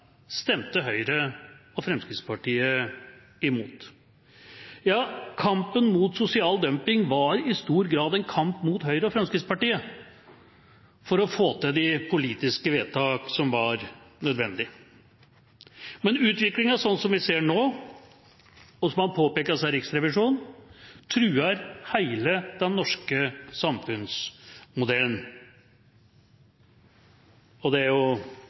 stemte Høyre og Fremskrittspartiet imot. Ja, kampen mot sosial dumping var i stor grad en kamp mot Høyre og Fremskrittspartiet for å få til de politiske vedtakene som var nødvendige. Men utviklingen som vi ser nå, og som også er påpekt av Riksrevisjonen, truer hele den norske samfunnsmodellen. På Fremskrittspartiets landsmøte i 2013 ble det